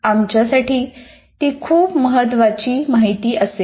आमच्यासाठी ती खूप महत्त्वाची माहिती असेल